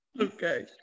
Okay